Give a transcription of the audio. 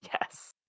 Yes